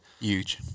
huge